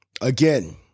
Again